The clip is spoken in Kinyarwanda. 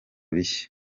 bishya